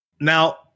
Now